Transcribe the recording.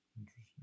Interesting